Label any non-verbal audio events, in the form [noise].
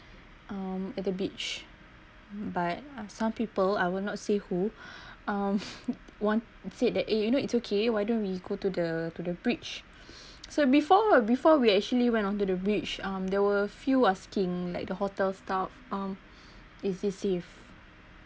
um at the beach but some people I will not say who um [breath] one said that eh you know it's okay why don't we go to the to the bridge [breath] so before before we actually went onto the bridge um there were few asking like the hotel staff um [breath] is it safe